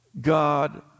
God